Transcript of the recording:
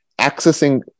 accessing